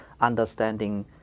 understanding